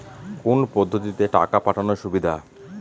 কোন পদ্ধতিতে টাকা পাঠানো সুবিধা?